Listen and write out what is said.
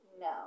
No